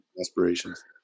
aspirations